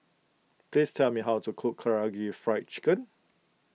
please tell me how to cook Karaage Fried Chicken